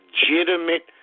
legitimate